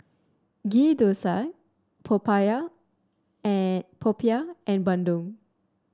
Ghee Thosai and Popiah and Bandung